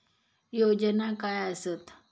योजना काय आसत?